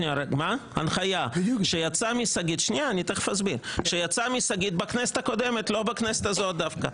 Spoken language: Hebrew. הנחיה שיצאה משגית בכנסת הקודמת ולא דווקא בכנסת הזאת.